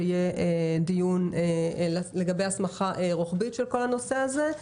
שיהיה דיון לגבי הסמכה רוחבית של כל הנושא הזה,